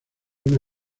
una